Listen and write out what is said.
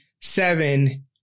seven